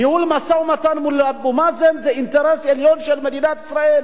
ניהול משא-ומתן מול אבו מאזן זה אינטרס עליון של מדינת ישראל,